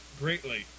greatly